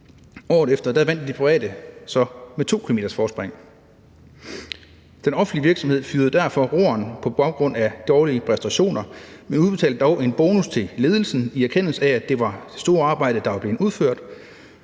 Året efter vandt de private så med to kilometers forspring. Den offentlige virksomhed fyrede derfor roeren på baggrund af dårlige præstationer, men udbetalte dog en bonus til ledelsen i erkendelse af det store arbejde, der var blevet udført.